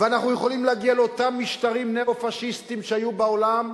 ואנחנו יכולים להגיע לאותם משטרים ניאו-פאשיסטיים שהיו בעולם,